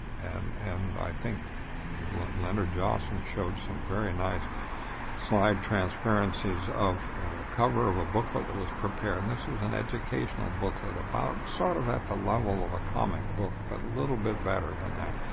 and and i think leonard jossem showed some very nice slide transparencies of a cover of a booklet that was prepared. this was an educational booklet about sort of at the level of a comic book, but a little bit better than that,